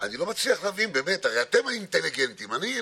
ואני וחברי אחמד טיבי הגשנו בכנסת העשרים